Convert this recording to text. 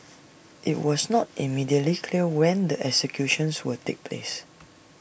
IT was not immediately clear when the executions would take place